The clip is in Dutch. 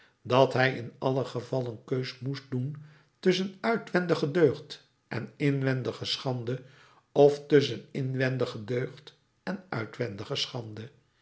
dat hij in allen geval een keus moest doen tusschen uitwendige deugd en inwendige schande of tusschen inwendige deugd en uitwendige schande